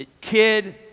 kid